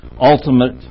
ultimate